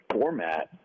format